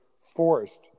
forced